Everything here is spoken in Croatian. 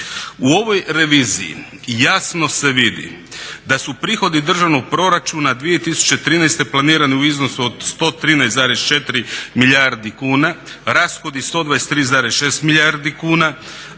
U ovoj reviziji jasno se vidi da su prihodi državnog proračuna 2013. planirani u iznos od 113,4 milijardi kuna, rashodi 123,6 milijardi kuna